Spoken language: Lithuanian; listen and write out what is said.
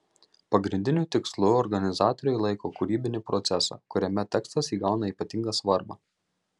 pagrindiniu tikslu organizatoriai laiko kūrybinį procesą kuriame tekstas įgauna ypatingą svarbą